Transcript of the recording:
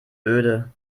öde